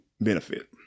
benefit